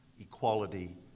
equality